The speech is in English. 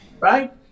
right